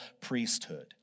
priesthood